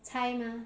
猜吗